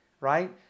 Right